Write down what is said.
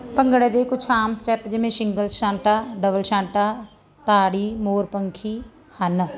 ਭੰਗੜੇ ਦੀ ਕੁਛ ਆਮ ਸਟੈਪ ਜਿਵੇਂ ਸ਼ਿੰਗਲ ਸ਼ਾਟਾ ਡਬਲ ਸ਼ਾਂਟਾ ਤਾੜੀ ਮੋਰਪੰਖੀ ਹਨ